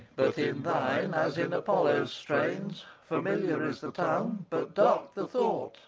but in thine, as in apollo's strains, familiar is the tongue, but dark the thought